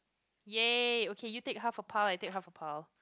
yay okay you take half a pile I take half a pile